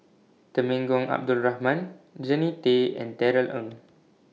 Temenggong Abdul Rahman Jannie Tay and Darrell Ang